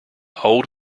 old